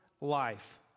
life